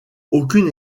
aucune